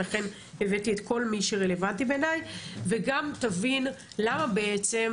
לכן הבאתי את כל מי שרלוונטי בעיני וגם תבין למה בעצם,